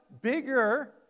bigger